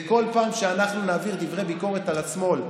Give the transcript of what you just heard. וכל פעם שאנחנו נעביר דברי ביקורת על השמאל,